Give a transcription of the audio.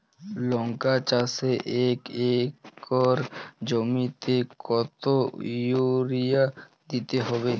লংকা চাষে এক একর জমিতে কতো ইউরিয়া দিতে হবে?